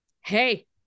hey